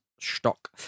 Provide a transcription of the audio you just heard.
stock